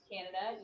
Canada